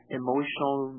emotional